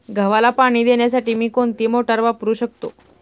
गव्हाला पाणी देण्यासाठी मी कोणती मोटार वापरू शकतो?